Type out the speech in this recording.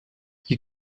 you